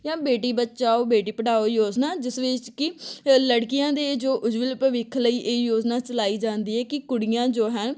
ਜਾਂ ਬੇਟੀ ਬਚਾਓ ਬੇਟੀ ਪੜ੍ਹਾਓ ਯੋਜਨਾ ਜਿਸ ਵਿੱਚ ਕਿ ਲੜਕੀਆਂ ਦੇ ਜੋ ਉਜਵਲ ਭਵਿੱਖ ਲਈ ਇਹ ਯੋਜਨਾ ਚਲਾਈ ਜਾਂਦੀ ਹੈ ਕਿ ਕੁੜੀਆਂ ਜੋ ਹੈ